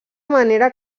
manera